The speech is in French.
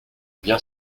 bien